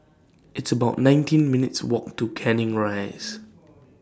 It's about nineteen minutes' Walk to Canning Rise